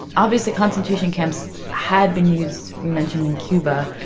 obviously, concentration camps had been used, we mentioned, in cuba.